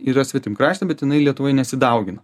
yra svetimkraštė bet jinai lietuvoj nesidaugina